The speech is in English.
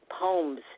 poems